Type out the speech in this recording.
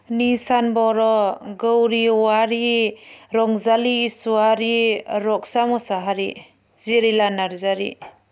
Nissan बर' गौरि अवारि रंजालि इस्वारि रकसा मोसाहारि जिरिला नारजारि